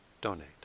donate